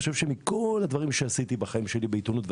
אני חושב שמכל הדברים שעשיתי בחיים שלי בעיתונות,